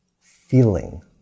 feeling